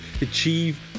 achieve